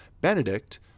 Benedict